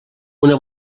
una